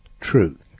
truth